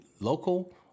local